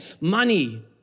money